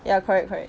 ya correct correct